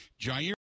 Jair